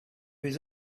his